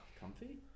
Comfy